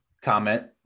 comment